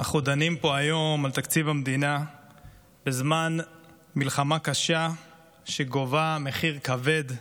אנחנו דנים פה היום על תקציב המדינה בזמן מלחמה קשה שגובה מחיר כבד,